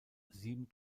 sieben